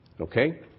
Okay